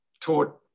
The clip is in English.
taught